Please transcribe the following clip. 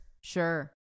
Sure